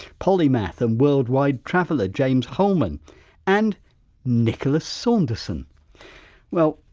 polymath and worldwide traveller, james holman and nicholas saunderson well,